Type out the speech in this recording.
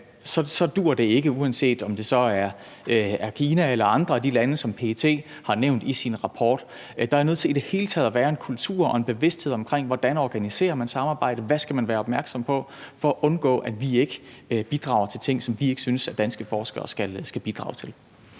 og det er, uanset om det er Kina eller et af de andre lande, som PET har nævnt i sin rapport. Der er nødt til i det hele taget at være en kultur og en bevidsthed om, hvordan man organiserer samarbejdet og hvad man skal være opmærksom på for at undgå, at vi ikke bidrager til ting, som vi ikke synes at danske forskere skal bidrage til.